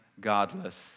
godless